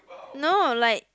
no like